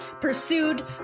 pursued